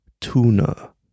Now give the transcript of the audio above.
Tuna